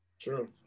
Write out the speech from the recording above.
true